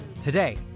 today